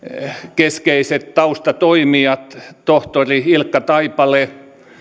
keskeiset taustatoimijat tohtori ilkka taipale ja